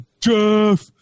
Jeff